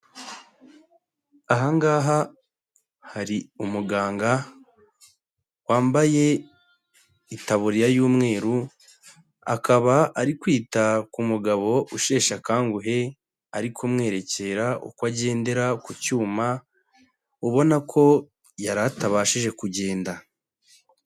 Aha ngaha hari umuganga wambaye itaburiya y'umweru, akaba ari kwita ku mugabo usheshe akanguhe ari kumwerekera uko agendera ku cyuma, ubona ko yari atabashije kugenda.